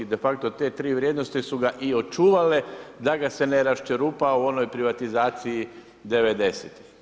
De facto, te 3 vrijednosti su ga i očuvale da ga se ne rasčerupa u onoj privatizaciji '90.